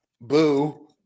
boo